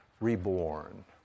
reborn